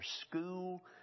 school